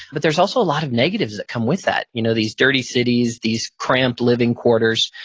but there's also a lot of negatives that come with that. you know these dirty cities, these cramped living quarters,